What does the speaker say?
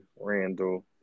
Randall